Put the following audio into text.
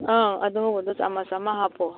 ꯑꯥ ꯑꯗꯨꯒꯗꯣ ꯆꯥꯃꯁ ꯑꯃ ꯍꯥꯞꯄꯣ